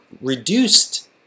reduced